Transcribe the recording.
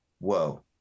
whoa